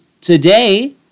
today